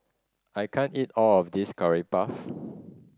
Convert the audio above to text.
I can't eat all of this Curry Puff